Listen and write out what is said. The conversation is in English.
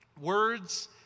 words